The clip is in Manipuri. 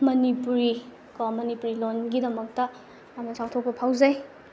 ꯃꯅꯤꯄꯨꯔꯤꯀꯣ ꯃꯅꯤꯄꯨꯔꯤ ꯂꯣꯟꯒꯤꯗꯃꯛꯇ ꯌꯥꯝꯅ ꯆꯥꯎꯊꯣꯛꯄ ꯐꯥꯎꯖꯩ